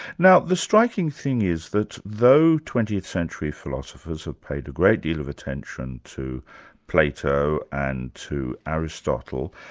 now the striking thing is that though twentieth century philosophers have paid a great deal of attention to plato and to aristotle,